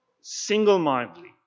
single-mindedly